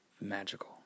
magical